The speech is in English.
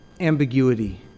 ambiguity